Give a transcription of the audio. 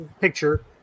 picture